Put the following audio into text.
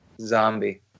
Zombie